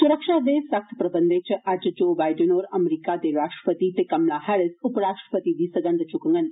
सुरक्षा दे सख्त प्रबंध च अज्ज जो बाईडन होर अमरीका दे राष्ट्रपति ते कमला हैरिस उपराष्ट्रपति दी सगंध च्कगंन